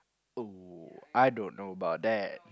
!woo! I don't know about that